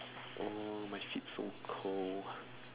oh my feet so cold